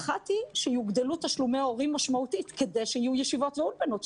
שיוגדלו תשלומי ההורים משמעותית כדי שיהיו ישיבות ואולפנות,